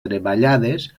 treballades